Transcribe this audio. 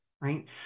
right